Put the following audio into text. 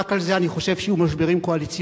ורק על זה אני חושב שיהיו משברים קואליציוניים,